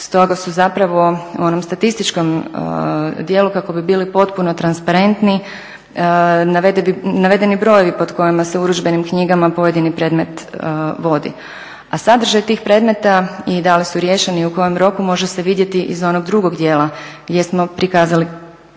Stoga su zapravo u onom statističkom dijelu kako bi bili potpuno transparentni navedeni brojevi pod kojima se u urudžbenim knjigama pojedini predmet vodi. A sadržaj tih predmeta i da li su riješeni i u kojem roku može se vidjeti iz onog drugog dijela gdje smo prikazali kratki